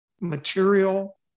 material